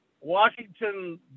Washington